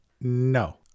No